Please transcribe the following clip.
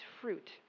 fruit